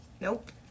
Nope